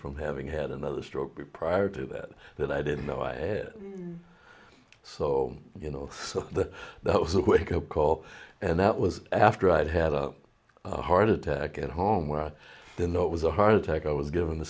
from having had another stroke prior to that that i didn't know i had so you know so that those a quick up call and that was after i'd had a heart attack at home where i didn't know it was a heart attack i was given the